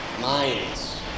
minds